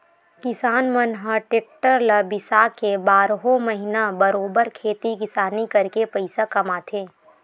किसान मन ह टेक्टर ल बिसाके बारहो महिना बरोबर खेती किसानी करके पइसा कमाथे